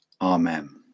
Amen